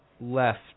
left